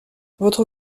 votre